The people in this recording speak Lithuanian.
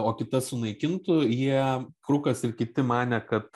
o kitas sunaikintų jie krukas ir kiti manė kad